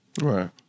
Right